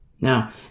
Now